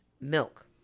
milk